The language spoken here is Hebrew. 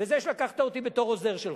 וזה שלקחת אותי בתור עוזר שלך.